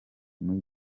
muri